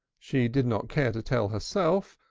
she did not care to tell herself,